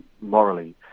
morally